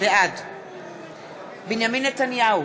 בעד בנימין נתניהו,